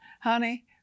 Honey